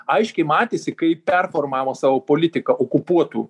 aiškiai matėsi kaip performavo savo politiką okupuotų